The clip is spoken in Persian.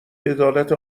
عدالت